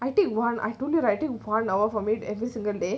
I take one I told you I took one hour from it every single day